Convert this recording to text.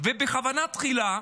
ובכוונה תחילה,